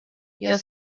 your